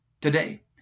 today